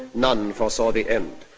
none foresaw the end.